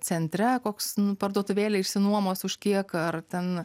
centre koks parduotuvėlė išsinuomos už kiek ar ten